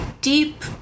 deep